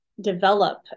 develop